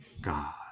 God